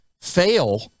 fail